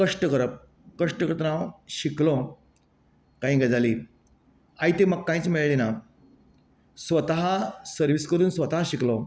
कश्ट करप कश्ट करतना हांव शिकलो कांय गजाली आयते म्हाका कांयच मेळ्ळे ना स्वता सिर्वीस करून स्वता शिकलो